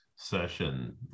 Session